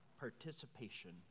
participation